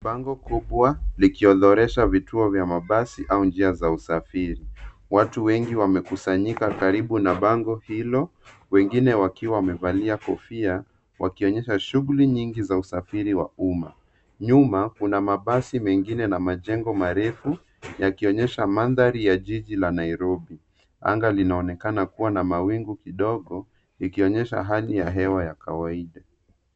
Bango kubwa likiodhoresha vituo vya mabasi au njia za usafiri. Watu wengi wamekusanyika karibu na bango hilo wengine wakiwa wamevalia kofia wakionyesha shughuli nyingi za usafiri wa umma. Nyuma kuna mabasi mengine na majengo marefu yakionyesha mandhari ya jiji la Nairobi. Anga linaonekana kuwa na mawingu kidogo ikionyesha hali ya hewa ya kawaida.